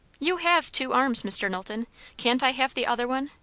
you have two arms, mr. knowlton can't i have the other one?